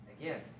again